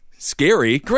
scary